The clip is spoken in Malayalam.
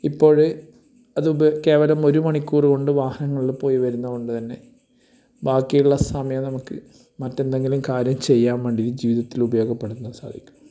ഇപ്പോൾ അതു കേവലം ഒരു മണിക്കൂർ കൊണ്ട് വാഹനങ്ങളിൽ പോയി വരുന്നത് കൊണ്ട് തന്നെ ബാക്കിയുള്ള സമയം നമുക്ക് മറ്റെന്തെങ്കിലും കാര്യം ചെയ്യാൻ വേണ്ടി ജീവിതത്തിൽ ഉപയോഗപ്പെടുത്താൻ സാധിക്കും